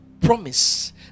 promise